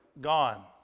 gone